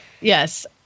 Yes